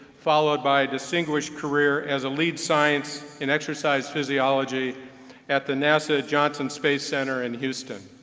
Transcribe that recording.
followed by a distinguished career as a lead science in exercise physiology at the nasa johnson space center in houston.